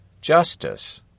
Justice